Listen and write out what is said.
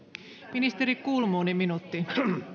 ministeri kulmuni minuutti